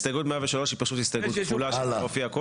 הסתייגות 103 היא פשוט הסתייגות כפולה שכבר הופיעה קודם.